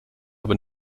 aber